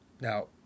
Now